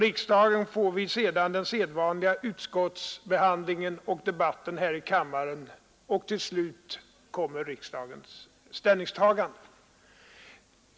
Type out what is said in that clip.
Riksdagen får sedan vid den sedvanliga utskottsbehandlingen och debatten här i kammaren tillfälle att göra sitt ställningstagande.